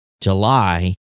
July